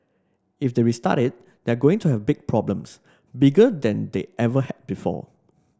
if they restart it they're going to have big problems bigger than they ever had before